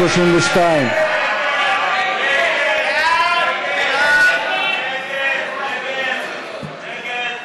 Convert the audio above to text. קבוצת סיעת יש עתיד לסעיף 2 לא נתקבלו.